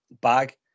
bag